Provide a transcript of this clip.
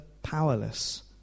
powerless